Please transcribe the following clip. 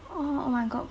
orh oh my god